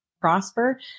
prosper